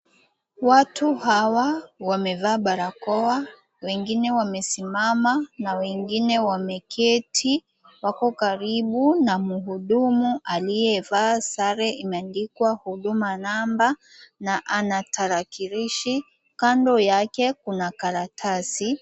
Watu hawa wamevaa barakoa. Wengine wamesimama na wengine wameketi. Wako karibu na mhudumu aliyevaa sare imeandikwa Huduma Namba na ana tarakilishi. Kando yake kuna karatasi.